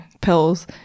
pills